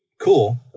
cool